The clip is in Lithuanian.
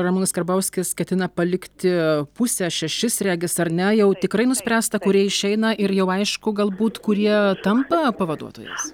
ramūnas karbauskis ketina palikti pusę šešis regis ar ne jau tikrai nuspręsta kurie išeina ir jau aišku galbūt kurie tampa pavaduotojais